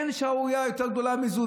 אין שערורייה יותר גדולה מזו.